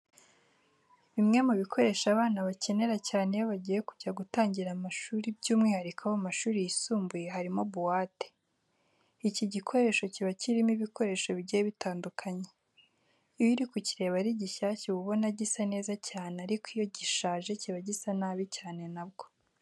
Bimwe mu bikoresho abana bakenera cyane iyo bagiye kujya gutangira amashuri by'umwihariko abo mu mashuri yisumbuye harimo buwate. Iki gikoresho kiba kirimo ibikoresho bigiye bitandukanye. Iyo uri kukireba ari gishyashya uba ubona gisa neza cyane ariko iyo gishaje kiba gisa nabi cyane na bwo.